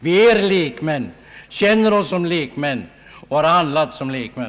Vi är lekmän, känner oss som lekmän och har handlat som lekmän.